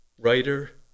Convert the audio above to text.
writer